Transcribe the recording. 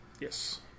yes